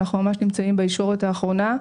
אנחנו נמצאים ממש בישורת האחרונה.